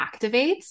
activates